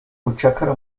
ubucakara